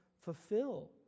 fulfill